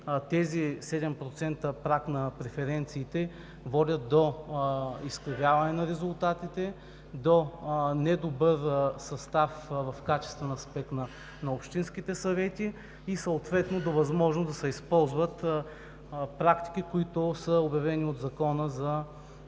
тези 7% праг на преференциите водят до изкривяване на резултатите, до недобър състав в качествен аспект на общинските съвети и съответно до възможност да се използват практики, които са обявени от закона за